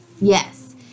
Yes